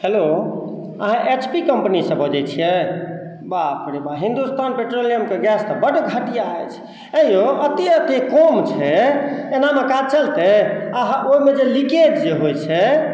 hello अहाँ H P company सऽ बजै छियै बाप रे बा हिन्दुस्तान पेट्रोलियम के गैस तऽ बड्ड घटिया अछि आंय यौ अते अते कम छै एना मे काज चलतै अहाँ ओहि मे जे लीकेज जे होइ छै